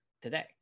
today